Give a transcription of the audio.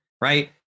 Right